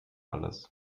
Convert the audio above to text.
alles